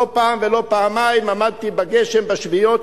לא פעם ולא פעמיים עמדתי בגשם בשביעיות,